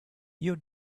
your